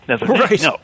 Right